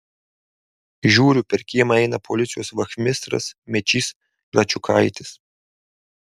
žiūriu per kiemą eina policijos vachmistras mečys račiukaitis